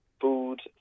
food